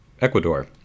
Ecuador